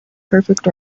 perfect